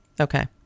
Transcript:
Okay